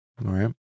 Right